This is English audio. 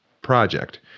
project